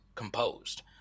composed